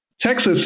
Texas